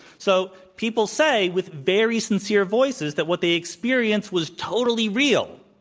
so people say, with very sincere voices, that what they experienced was totally real.